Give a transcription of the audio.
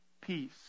peace